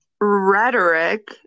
rhetoric